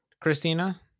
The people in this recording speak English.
Christina